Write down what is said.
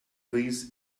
this